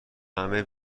همه